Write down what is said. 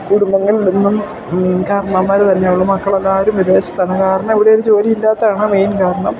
കുടുംബങ്ങളിൽ നിന്നും കാരണവൻമാർ തന്നെ ഉള്ളു മക്കൾ എല്ലാവരും വിദേശത്താണ് കാരണം ഇവിടെ ഒരു ജോലി ഇല്ലാത്തത് ആണ് മെയിൻ കാരണം